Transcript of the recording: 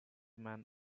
man